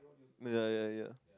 ya ya ya